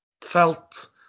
felt